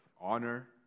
honor